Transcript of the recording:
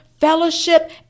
fellowship